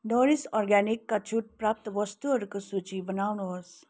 Norris अर्ग्यानिकका छुट प्राप्त वस्तुहरूको सूची बनाउनुहोस्